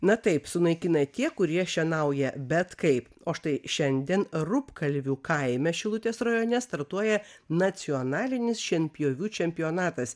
na taip sunaikina tie kurie šienauja bet kaip o štai šiandien rupkalvių kaime šilutės rajone startuoja nacionalinis šienpjovių čempionatas